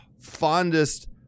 fondest